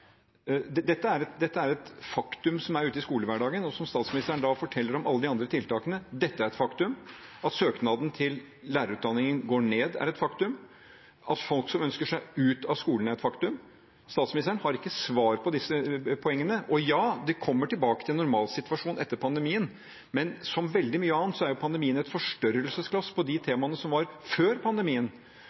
Dette er et faktum ute i skolehverdagen, og statsministeren forteller om alle de andre tiltakene. Dette er et faktum, at søkningen til lærerutdanningen går ned, er et faktum, og at folk ønsker seg ut av skolen, er et faktum. Statsministeren har ikke svar på disse poengene. Ja, de kommer tilbake til en normalsituasjon etter pandemien, men som veldig mye annet virker pandemien som et forstørrelsesglass på de temaene som var før pandemien.